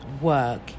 work